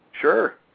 Sure